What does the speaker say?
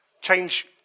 Change